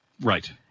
Right